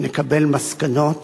נקבל מסקנות